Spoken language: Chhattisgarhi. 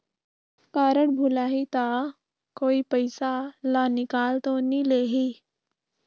कारड भुलाही ता कोई पईसा ला निकाल तो नि लेही?